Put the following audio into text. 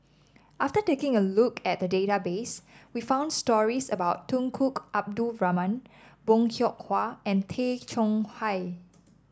after taking a look at the database we found stories about Tunku Abdul Rahman Bong Hiong Hwa and Tay Chong Hai